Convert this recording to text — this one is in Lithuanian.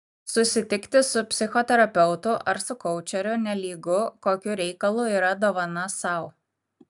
susitikti su psichoterapeutu ar su koučeriu nelygu kokiu reikalu yra dovana sau